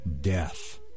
death